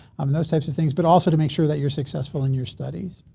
um those types of things but also to make sure that you're successful in your studies.